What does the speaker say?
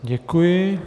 Děkuji.